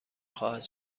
خواهد